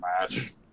match